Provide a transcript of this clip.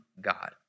God